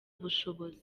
ubushobozi